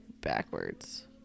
backwards